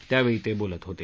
त्यावेळी ते बोलत होते